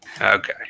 Okay